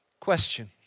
Question